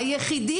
היחיד,